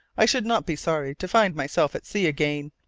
i should not be sorry to find myself at sea again.